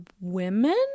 women